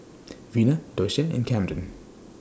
Vina Doshia and Kamden